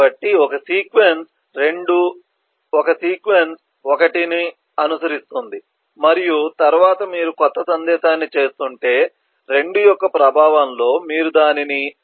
కాబట్టి ఒక సీక్వెన్స్ 2 ఒక సీక్వెన్స్ 1 ను అనుసరిస్తుంది మరియు తరువాత మీరు కొత్త సందేశాన్ని చేస్తుంటే 2 యొక్క ప్రభావంలో మీరు దానిని 2